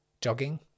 jogging